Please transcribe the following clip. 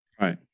Right